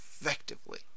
effectively